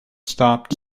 stopped